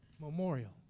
Memorial